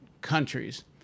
countries